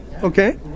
Okay